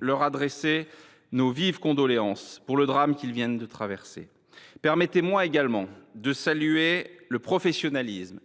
leur adresser nos vives condoléances pour le drame qu’ils viennent de traverser. Permettez moi également de saluer le professionnalisme